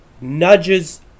Nudges